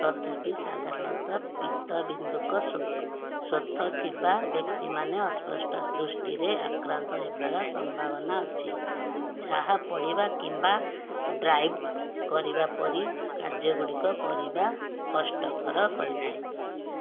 ତଥାପି ସାଧାରଣତଃ ପୀତବିନ୍ଦୁକ ଶୋକ ଶୋଥ ଥିବା ବ୍ୟକ୍ତିମାନେ ଅସ୍ପଷ୍ଟ ଦୃଷ୍ଟିରେ ଆକ୍ରାନ୍ତ ହେବାର ସମ୍ଭାବନା ଅଛି ଯାହା ପଢ଼ିବା କିମ୍ବା ଡ୍ରାଇଭ୍ କରିବା ପରି କାର୍ଯ୍ୟଗୁଡ଼ିକ କରିବା କଷ୍ଟକର କରିଥାଏ